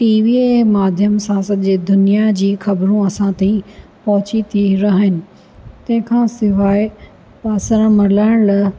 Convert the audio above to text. T V जे माध्यम सां सॼे दुनिया जी ख़बरूं असां ताईं पहुची थी रहनि तंहिंखां सवाइ बासण मलण लाइ